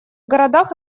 городах